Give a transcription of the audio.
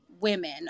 women